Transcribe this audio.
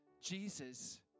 jesus